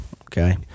okay